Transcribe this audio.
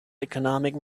economic